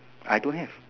I don't have